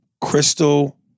Crystal